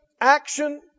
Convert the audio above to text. action